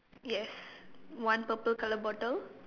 yes one purple colour bottle